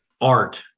art